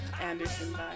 Anderson